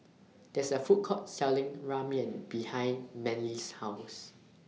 There IS A Food Court Selling Ramyeon behind Manley's House